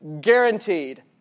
guaranteed